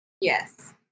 Yes